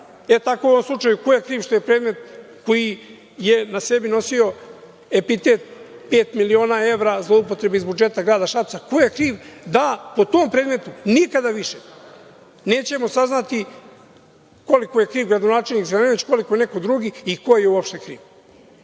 tako u ovom slučaju ko je kriv što je predmet koji je na sebi nosio epitet pet miliona evra, zloupotrebe iz budžeta grada Šapca, ko je kriv da po tom predmetu nikada više nećemo saznati koliko je kriv gradonačelnik Zelenović, koliko je neko drugi i ko je uopšte kriv. Tako